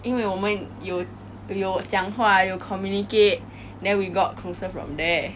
因为我们有有讲话有 communicate then we got closer from there